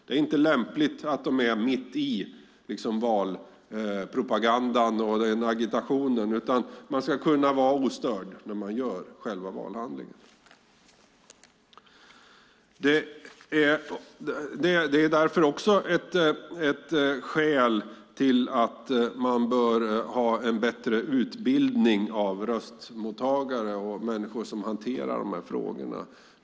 Det är inte lämpligt att de är mitt i valpropagandan och agitationen, utan man ska kunna vara ostörd när man utför själva valhandlingen. Det är också ett skäl till att man behöver ha en bättre utbildning av röstmottagare och människor som hanterar dessa frågor.